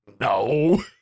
No